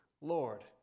Lord